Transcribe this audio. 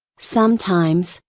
sometimes,